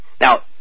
Now